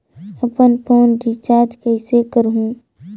अपन phone recharge कइसे करहु?